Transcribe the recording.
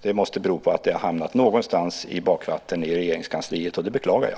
Det måste bero på att det har hamnat i bakvatten någonstans i Regeringskansliet, och det beklagar jag.